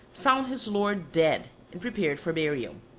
found his lord dead and prepared for burial.